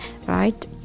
right